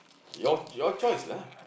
your your choice lah